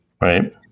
Right